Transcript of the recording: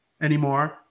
anymore